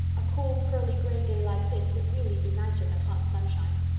a cool, pearly gray day like this would really be nicer than hot sunshine.